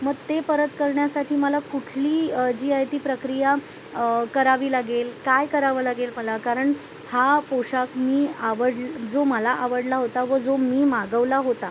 मग ते परत करण्यासाठी मला कुठली जी आहे ती प्रक्रिया करावी लागेल काय करावं लागेल मला कारण हा पोशाख मी आवडल् जो मला आवडला होता व जो मी मागवला होता